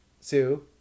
Sue